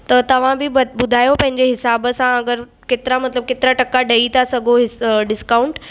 तव्हां बि ब ॿुधायो पंहिंजे हिसाबु सां अगरि केतरा मतलबु केतिरा टका ॾेई था सघो डिस्काउंट